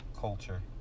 culture